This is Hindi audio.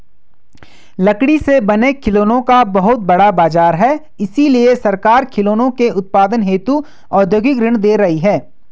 लकड़ी से बने खिलौनों का बहुत बड़ा बाजार है इसलिए सरकार खिलौनों के उत्पादन हेतु औद्योगिक ऋण दे रही है